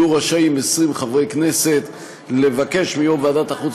יהיו רשאים 20 מחברי הכנסת לבקש מיו"ר ועדת החוץ